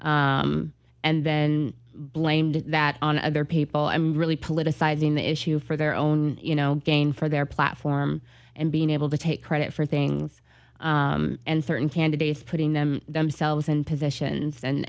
and then blamed that on other people i'm really politicizing the issue for their own you know gain for their platform and being able to take credit for things and certain candidates putting them themselves in positions